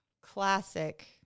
Classic